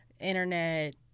internet